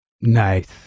Nice